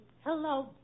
Hello